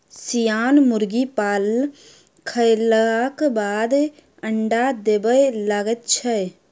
सियान मुर्गी पाल खयलाक बादे अंडा देबय लगैत छै